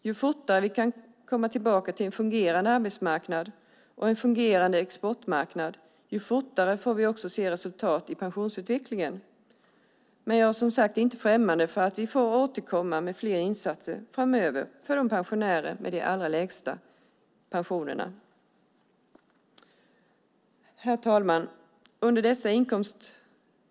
Ju fortare vi kan komma tillbaka till en fungerande arbetsmarknad och en fungerande exportmarknad, desto fortare får vi också se resultat i pensionsutvecklingen. Men jag är som sagt inte främmande för att vi får återkomma med flera insatser framöver för de pensionärer som har de allra lägsta pensionerna. Herr talman!